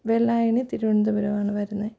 വെള്ളായണി തിരുവനന്തപുരമാണ് വരുന്നത്